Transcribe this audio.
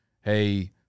hey